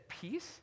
peace